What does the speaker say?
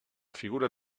figura